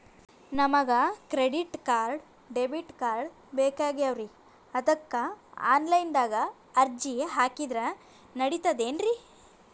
ನಮಗ credit card, debit card ಬೇಕಾಗ್ಯಾವ್ರೀ ಅದಕ್ಕ ಆನಲೈನದಾಗ ಅರ್ಜಿ ಹಾಕಿದ್ರ ನಡಿತದೇನ್ರಿ?